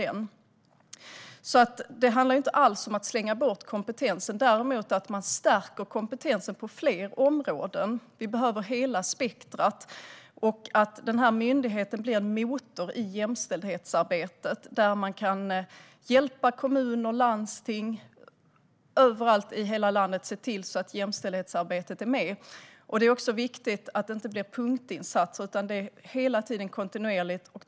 Det handlar alltså inte alls om att slänga bort kompetensen utan om att stärka kompetensen på fler områden. Vi behöver hela spektrumet. Myndigheten blir en motor i jämställdhetsarbetet, där man kan hjälpa kommuner och landsting och se till att jämställdhetsarbetet är med överallt i hela landet. Det är också viktigt att det inte blir punktinsatser utan hela tiden ett kontinuerligt arbete.